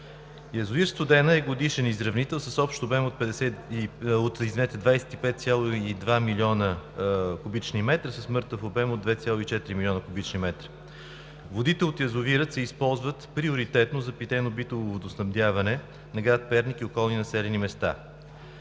Язовир „Студена“ е годишен изравнител с общ обем от 25,2 млн. куб. м и с мъртъв обем от 2,4 млн. куб. м. Водите от язовира се използват приоритетно за питейно-битовото водоснабдяване на град Перник и на околните населени места.